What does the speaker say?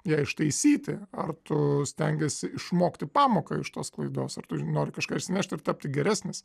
ją ištaisyti ar tu stengiesi išmokti pamoką iš tos klaidos ar tu nori kažką išsinešti ir tapti geresnis